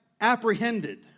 apprehended